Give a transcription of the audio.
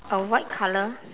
a white colour